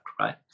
right